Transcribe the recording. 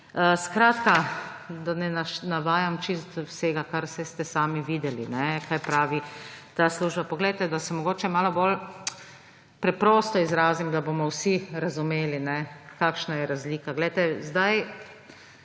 Skratka, da ne navajam čisto vsega, saj ste sami videli, kaj pravi ta služba. Naj se mogoče malo bolj preprosto izrazim, da bomo vsi razumeli, kakšna je razlika. Tudi sami